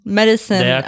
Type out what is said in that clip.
medicine